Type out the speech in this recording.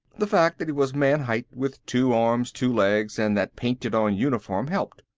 the fact that he was man-height with two arms, two legs and that painted-on uniform helped.